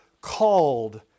called